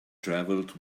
travelled